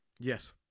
Yes